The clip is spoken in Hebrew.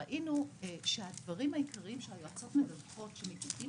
ראינו שהדברים העיקריים שהיועצות מדווחות שמגיעים